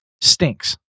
stinks